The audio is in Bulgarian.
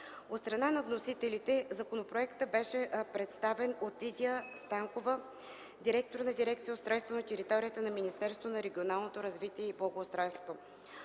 страна на вносителите законопроектът беше представен от Лидия Станкова, директор на Дирекция „Устройство на територията” на Министерството на регионалното развитие и благоустройството.